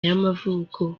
y’amavuko